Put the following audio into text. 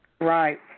Right